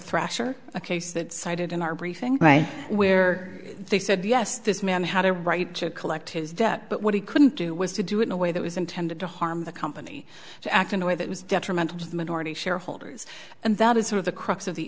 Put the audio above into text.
thrasher a case that cited in our briefing right where they said yes this man had a right to collect his debt but what he couldn't do was to do it in a way that was intended to harm the company to act in a way that was detrimental to the minority shareholders and that is sort of the crux of the